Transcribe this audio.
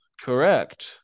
Correct